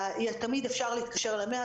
תמיד אפשר להתקשר ל-100,